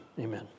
amen